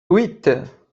huit